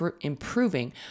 improving